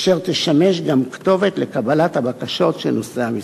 אשר תשמש גם כתובת לקבלת הבקשות של נושאי המשרה".